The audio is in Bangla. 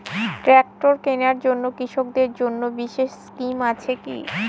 ট্রাক্টর কেনার জন্য কৃষকদের জন্য বিশেষ স্কিম আছে কি?